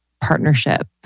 partnership